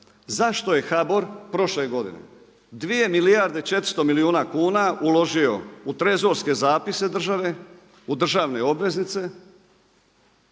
zašto je HBOR prošle godine 2 milijarde 400 milijuna kuna uložio u trezorske zapise države, u državne obveznice